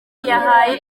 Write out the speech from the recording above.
yahaye